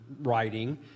writing